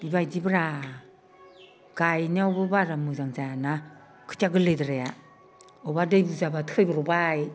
बेबायदि ब्रा गायनायावबो बारा मोजां जायाना खोथिया गोरलैद्राया बबावबा दै बुर्जाबा थैब्र'बबाय